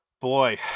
Boy